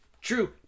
true